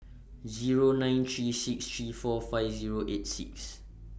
Zero nine three six three four five Zero eight six